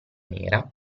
nera